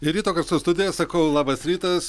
ryto garsų studija sakau labas rytas